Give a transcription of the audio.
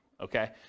okay